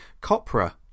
Copra